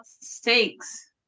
stakes